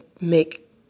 make